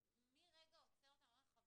מי רגע עוצר אותם ואומר להם, חברים,